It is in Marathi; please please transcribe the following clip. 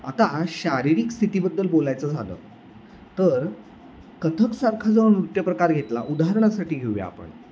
आता शारीरिक स्थितीबद्दल बोलायचं झालं तर कथ्थकसारखा जो नृत्य प्रकार घेतला उदाहरणासाठी घेऊया आपण